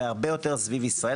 והרבה יותר סביב ישראל.